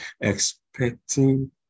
expecting